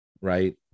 right